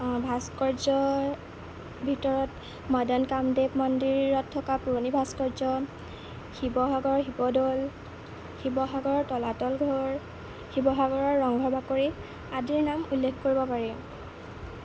ভাস্কৰ্যৰ ভিতৰত মদন কামদেৱ মন্দিৰত থকা পুৰণি ভাস্কৰ্য শিৱসাগৰ শিৱদৌল শিৱসাগৰৰ তলাতল ঘৰ শিৱসাগৰৰ ৰংঘৰ বাকৰি আদিৰ নাম উল্লেখ কৰিব পাৰি